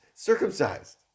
circumcised